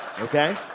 Okay